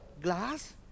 glass